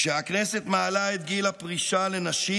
כשהכנסת מעלה את גיל הפרישה לנשים,